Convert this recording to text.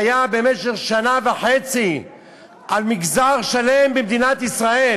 שהיו במשך שנה וחצי על מגזר שלם במדינת ישראל,